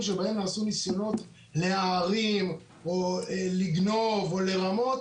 שבהם נעשו ניסיונות להערים או לגנוב או לרמות.